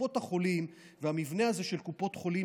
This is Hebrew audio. קופות החולים והמבנה הזה של קופות חולים